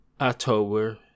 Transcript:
October